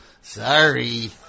sorry